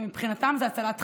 שמבחינתם זה הצלת חיים.